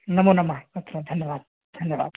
नमो नमः धन्यवादः धन्यवादः